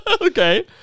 Okay